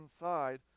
inside